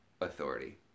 authority